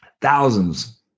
thousands